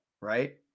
right